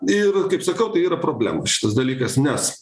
ir kaip sakau tai yra problema šitas dalykas nes